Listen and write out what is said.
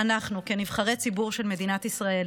אנחנו כנבחרי ציבור של מדינת ישראל,